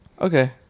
okay